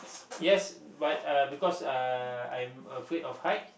yes but uh because uh I am afraid of height